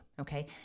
okay